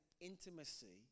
intimacy